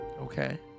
Okay